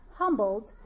humbled